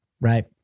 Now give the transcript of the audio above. Right